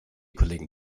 kollegen